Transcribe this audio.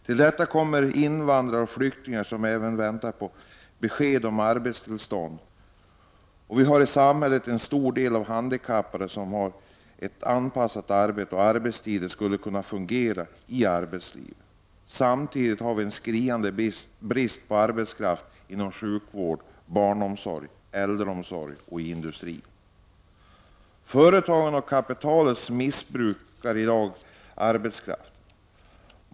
Till detta kommer invandrare och flyktingar som väntar på besked om arbetstillstånd. Vi har i samhället en stor del handikappade som med ett anpassat arbete och med anpassade arbetstider skulle kunna fungera i arbetslivet. Samtidigt har vi en skriande brist på arbetskraft inom sjukvård, barnomsorg, äldreomsorg och i industrin. Företagen och kapitalet missbrukar i dag arbetskraften.